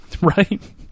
Right